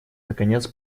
наконец